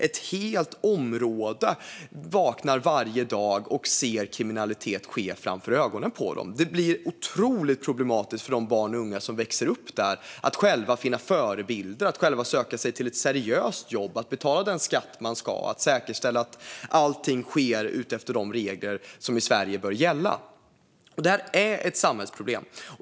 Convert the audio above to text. Ett helt område vaknar varje dag och ser kriminalitet ske framför ögonen. Det blir otroligt problematiskt för de barn och unga som växer upp där att själva finna förebilder, att söka sig till ett seriöst jobb, att betala den skatt man ska och att säkerställa att allting sker efter de regler som bör gälla i Sverige. Det här är ett samhällsproblem.